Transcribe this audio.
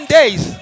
days